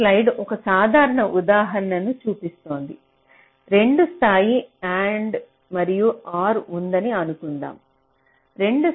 ఈ స్లయిడ్ ఒక సాధారణ ఉదాహరణను చూపిస్తోంది 2 స్థాయి AND మరియు OR ఉందని అనుకుందాం